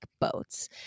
boats